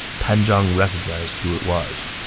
pan zhang recognized who it was.